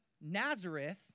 Nazareth